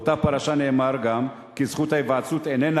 באותה פרשה נאמר גם כי "זכות ההיוועצות איננה